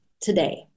today